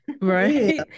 Right